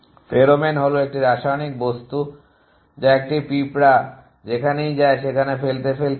pheromone হল একটি রাসায়নিক বস্তূ যা একটি পিঁপড়া যেখানেই যায় সেখানে ফেলতে ফেলতে যায়